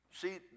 See